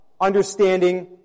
understanding